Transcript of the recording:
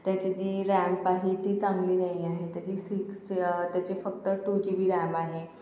त्याची जी रॅम्प आहे ती चांगली नाही आहे त्याची सिक्स त्याचे फक्त टू जी बी रॅम आहे